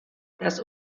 das